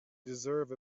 deserve